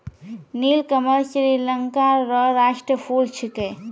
नीलकमल श्रीलंका रो राष्ट्रीय फूल छिकै